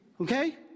Okay